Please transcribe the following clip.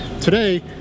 Today